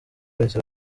bahise